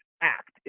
act